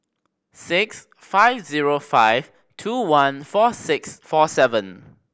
six five zero five two one four six four seven